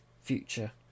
future